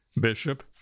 bishop